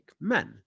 Men